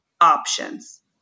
options